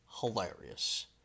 hilarious